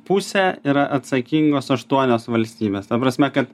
pusę yra atsakingos aštuonios valstybės ta prasme kad